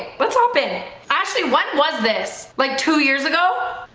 what's up in it, actually, what was this like two years ago?